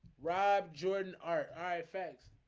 rob jordan art hi effects